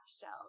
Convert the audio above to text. shell